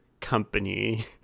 company